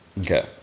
Okay